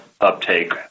uptake